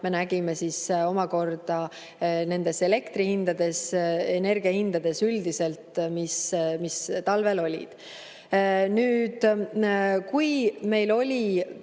me nägime omakorda nendes elektrihindades, energiahindades üldiselt, mis talvel olid. Nüüd, kui meil oli